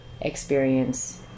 experience